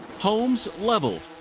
homes leveled,